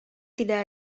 tidak